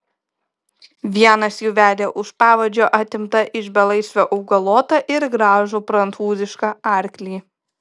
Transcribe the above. vienas jų vedė už pavadžio atimtą iš belaisvio augalotą ir gražų prancūzišką arklį